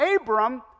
Abram